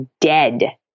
dead